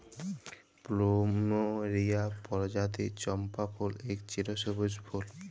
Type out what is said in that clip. plumeria পরজাতির চম্পা ফুল এক চিরসব্যুজ ফুল